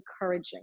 encouraging